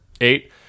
Eight